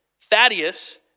Thaddeus